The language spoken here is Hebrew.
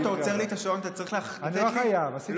תודה רבה.